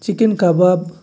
chicken kebab